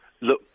look